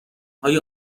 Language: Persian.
های